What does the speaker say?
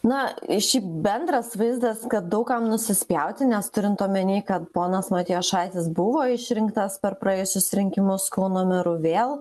na į šiaip bendras vaizdas kad daug kam nusispjauti nes turint omeny kad ponas matijošaitis buvo išrinktas per praėjusius rinkimus kauno meru vėl